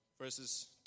verses